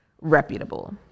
reputable